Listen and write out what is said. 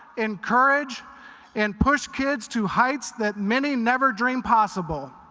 encourage and push kids to heights that many never dream possible.